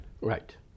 Right